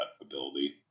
ability